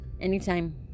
anytime